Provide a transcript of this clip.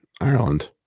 Ireland